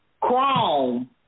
Chrome